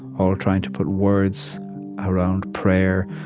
all trying to put words around prayer,